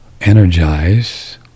energize